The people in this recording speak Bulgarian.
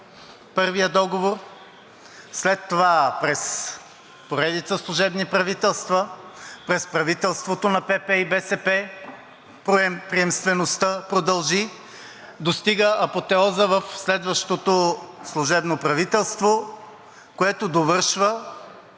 първият договор, след това през поредица служебни правителства, през правителството на ПП и БСП приемствеността продължи, достига апотеоза в следващото служебно правителство, което довършва